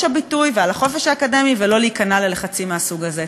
הביטוי ועל החופש האקדמי ולא להיכנע ללחצים מהסוג הזה.